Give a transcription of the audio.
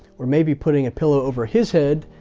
or maybe putting a pillow over his head,